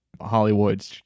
hollywood